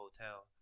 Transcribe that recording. Hotel